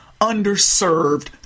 underserved